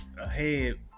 ahead